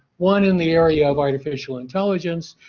one in the area of artificial intelligence.